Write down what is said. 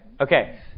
Okay